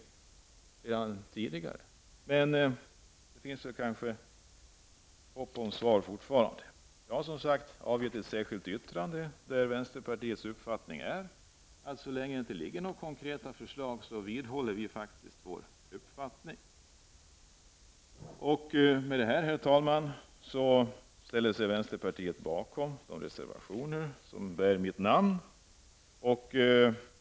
Den är ju känd sedan tidigare. Kanske kan man ändå fortfarande hysa hopp om ett svar. Jag har, som sagt, avgett ett särskilt yttrande, av vilket framgår att vi, så länge det inte föreligger några konkreta förslag, faktiskt vidhåller vår uppfattning. Med detta, herr talman, vill jag säga att vi i vänsterpartiet står bakom de reservationer som jag har undertecknat.